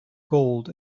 gold